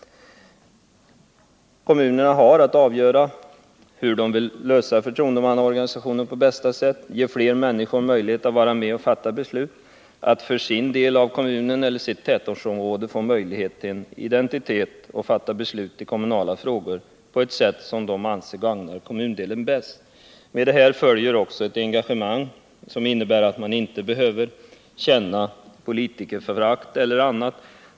Kommunerna har att avgöra hur man på bästa sätt skall ordna förtroendemannaorganisationen, hur man skall ge fler människor möjlighet att identifiera sig med sin del av kommunen eller sitt tätortsområde och vara med och påverka besluten på det sätt som de anser gagnar kommundelen bäst. Med det följer också ett engagemang och minskad risk för politikerförakt.